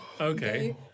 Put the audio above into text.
Okay